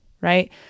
right